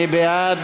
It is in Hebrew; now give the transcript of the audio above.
מי בעד?